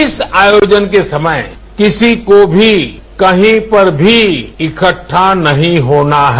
इस आयोजन के समय किसी को भी कहीं पर भी इकहा नहीं होना है